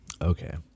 Okay